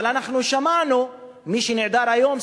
אבל אנחנו שמענו את מי שנעדר היום,